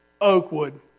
Oakwood